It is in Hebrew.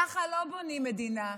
כך לא בונים מדינה,